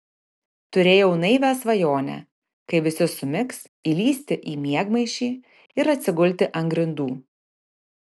turėjau naivią svajonę kai visi sumigs įlįsti į miegmaišį ir atsigulti ant grindų